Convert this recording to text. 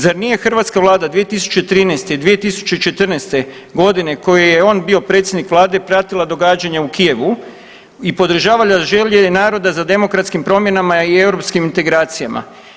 Zar nije hrvatska Vlada 2013. i 2014. g. koje je on bio predsjednik Vlade pratila događanja u Kijevu i podržavala želje naroda za demokratskim promjenama i europskim integracijama.